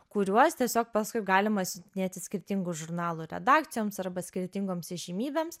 kuriuos tiesiog paskui galima dėti skirtingų žurnalų redakcijoms arba skirtingoms įžymybėms